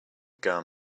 gum